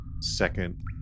second